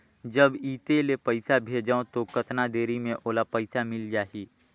जब इत्ते ले पइसा भेजवं तो कतना देरी मे ओला पइसा मिल जाही?